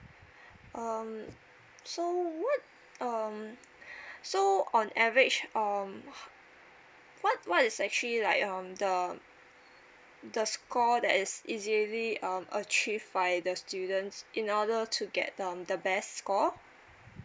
um so what um so on average um how what what is actually like um the the score that is easily um achieve by the students in order to get um the best score